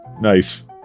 Nice